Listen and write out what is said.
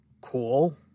cool